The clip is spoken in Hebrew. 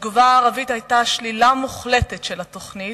התגובה הערבית היתה שלילה מוחלטת של התוכנית.